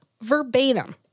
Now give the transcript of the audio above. Verbatim